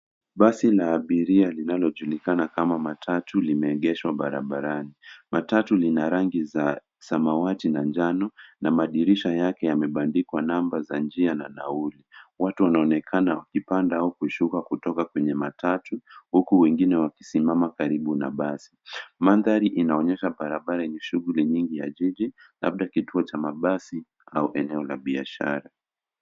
Basi na abiria linalojulikana kama matatu limeegeshwa barabarani. matatu lina rangi za samaati na njano na madirisha yake yamebandikwa namba za njia na nauli. Watu wanaonekana wakipanda au kushuka kutoka kwenye matatu huku wengine wakisimama karibu na basi. Mandhari inaonyesha barabara yenye shuguli nyingi ya jiji labda kituo cha mabasi au eeo la biashara.